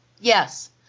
Yes